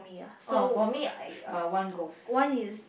orh for me I uh one ghost